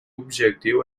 objectiu